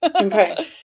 Okay